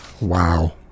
Wow